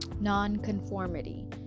non-conformity